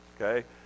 okay